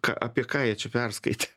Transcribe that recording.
ką apie ką jie čia perskaitė